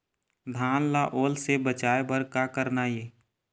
धान ला ओल से बचाए बर का करना ये?